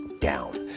down